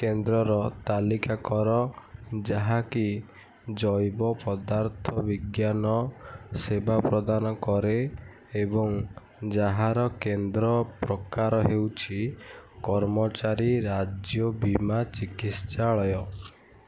କେନ୍ଦ୍ରର ତାଲିକା କର ଯାହାକି ଜୈବପଦାର୍ଥ ବିଜ୍ଞାନ ସେବା ପ୍ରଦାନ କରେ ଏବଂ ଯାହାର କେନ୍ଦ୍ର ପ୍ରକାର ହେଉଛି କର୍ମଚାରୀ ରାଜ୍ୟ ବୀମା ଚିକିତ୍ସାଳୟ